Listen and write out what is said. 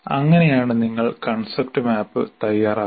അങ്ങനെയാണ് നിങ്ങൾ concept map തയ്യാറാക്കുന്നത്